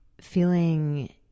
feeling